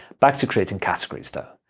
back to creating categories, though.